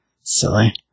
Silly